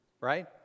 Right